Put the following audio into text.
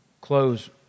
close